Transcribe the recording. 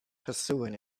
pursuing